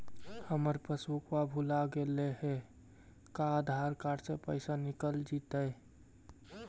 हमर पासबुक भुला गेले हे का आधार कार्ड से पैसा निकल जितै?